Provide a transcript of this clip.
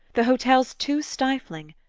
the hotel's too stifling.